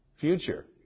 Future